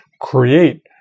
create